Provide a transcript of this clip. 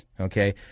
okay